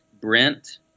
Brent